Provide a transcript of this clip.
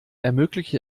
ermöglicht